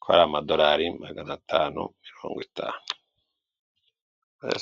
ko ari amadorari magana atanu mirongo itanu.